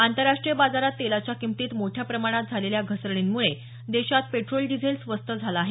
आंतरराष्ट्रीय बाजारात तेलाच्या किंमतीत मोठ्या प्रमाणात झालेल्या घसरणींमुळे देशात पेट्रोल डिझेल स्वस्त झालं आहे